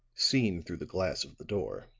seen through the glass of the door.